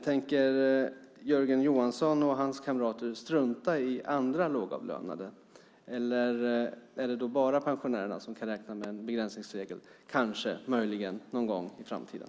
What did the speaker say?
Tänker Jörgen Johansson och hans kamrater strunta i andra lågavlönade eller är det bara pensionärerna som kan räkna med en begränsningsregel, kanske, möjligen, någon gång i framtiden?